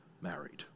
married